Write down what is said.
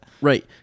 Right